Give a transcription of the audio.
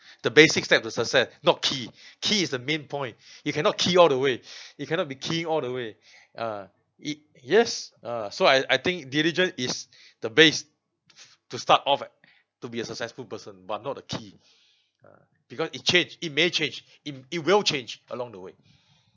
the basic step to success not key key is the main point you cannot key all the way it cannot be keying all the way uh it yes uh so I I think diligence is the base to start off at to be a successful person but not a key uh because it changed it may change it it will change along the way